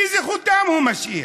איזה חותם הוא משאיר?